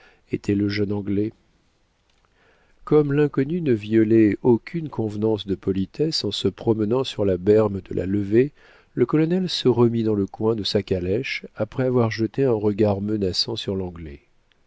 était le jeune anglais comme l'inconnu ne violait aucune convenance de politesse en se promenant sur la berne de la levée le colonel se remit dans le coin de sa calèche après avoir jeté un regard menaçant sur l'anglais